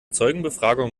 zeugenbefragung